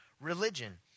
religion